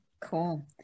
cool